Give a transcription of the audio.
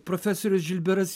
profesorius žilberas